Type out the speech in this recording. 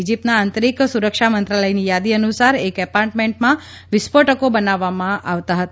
ઇજીપ્તના આંતરિક સુરક્ષા મંત્રાલયની યાદી અનુસાર એક એપાર્ટમેન્ટમાં વિસ્ફોટકો બનાવવામાં આવતાહતા